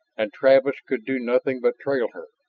and travis could do nothing but trail her,